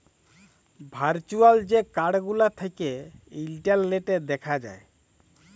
virtual যে card গুলা থ্যাকে ইলটারলেটে দ্যাখা যায়